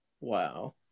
wow